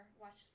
watch